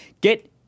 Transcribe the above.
Get